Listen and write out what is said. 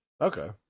Okay